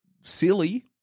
silly